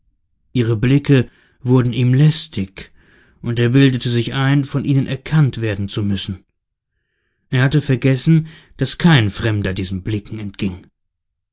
ihre blicke wurden ihm lästig und er bildete sich ein von ihnen erkannt werden zu müssen er hatte vergessen daß kein fremder diesen blicken